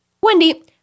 Wendy